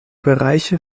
bereiche